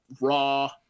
Raw